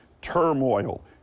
turmoil